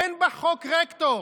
אין בחוק רקטור.